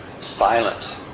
silent